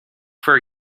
for